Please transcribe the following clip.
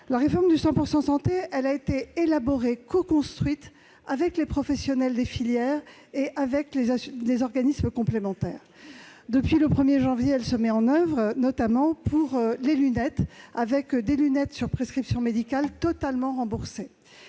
La réforme du 100 % santé a été élaborée et coconstruite avec les professionnels des filières et les organismes complémentaires. Depuis le 1 janvier, elle se met en oeuvre, notamment pour les lunettes, avec des équipements sur prescription médicale totalement remboursés.